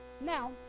Now